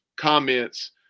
comments